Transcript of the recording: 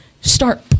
start